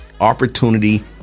opportunity